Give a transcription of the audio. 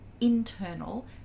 internal